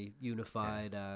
Unified